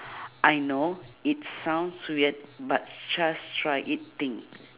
I know it sounds weird but just try it thing